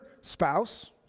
spouse